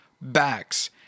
backs